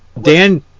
Dan